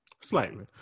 Slightly